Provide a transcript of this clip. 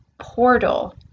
portal